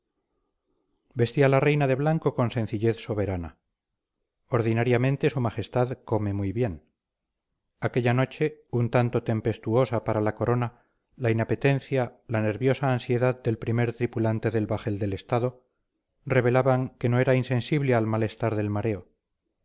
vestía la reina de blanco con sencillez soberana ordinariamente su majestad come muy bien aquella noche un tanto tempestuosa para la corona la inapetencia la nerviosa ansiedad del primer tripulante del bajel del estado revelaban que no era insensible al malestar del mareo